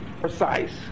precise